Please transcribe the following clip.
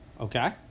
okay